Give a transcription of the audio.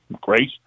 great